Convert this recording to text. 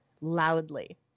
loudly